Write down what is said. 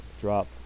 drop